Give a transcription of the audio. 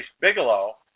Bigelow